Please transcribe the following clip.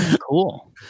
Cool